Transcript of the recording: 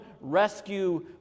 rescue